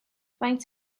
faint